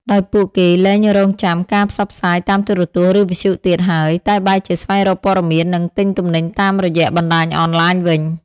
ដោយពួកគេលែងរង់ចាំការផ្សព្វផ្សាយតាមទូរទស្សន៍ ឬវិទ្យុទៀតហើយ តែបែរជាស្វែងរកព័ត៌មាន និងទិញទំនិញតាមរយៈបណ្ដាញអនឡាញវិញ។